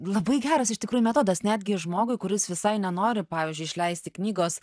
labai geras iš tikrųjų metodas netgi žmogui kuris visai nenori pavyzdžiui išleisti knygos